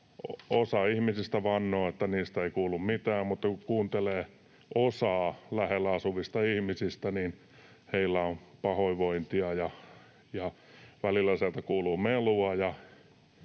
Osa ihmisistä vannoo, että niistä ei kuulu mitään, mutta kun kuuntelee osaa lähellä asuvista ihmisistä, niin heillä on pahoinvointia ja välillä sieltä kuuluu melua